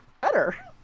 better